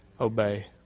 Obey